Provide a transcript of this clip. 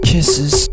Kisses